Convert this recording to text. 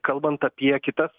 kalbant apie kitas